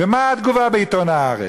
ומה התגובה בעיתון "הארץ",